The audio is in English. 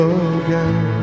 again